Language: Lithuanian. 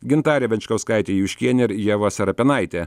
gintarė venčkauskaitė juškienė ir ieva serapinaitė